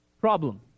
problem